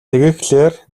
тэгэхлээр